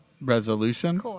resolution